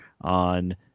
on